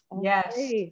Yes